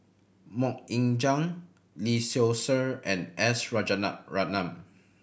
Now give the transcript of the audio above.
Mok Ying Jang Lee Seow Ser and S